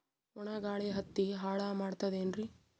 ಒಣಾ ಗಾಳಿ ಹತ್ತಿ ಹಾಳ ಮಾಡತದೇನ್ರಿ?